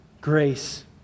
grace